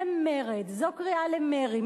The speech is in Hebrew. זה מרד, זו קריאה למרי.